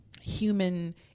human